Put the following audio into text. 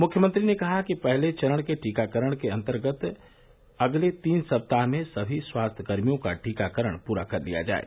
मुख्यमंत्री ने कहा कि पहले चरण के टीकाकरण के अन्तर्गत अगले तीन सप्ताह में सभी स्वास्थ्यकर्मियों का टीकाकरण पूरा कर लिया जाये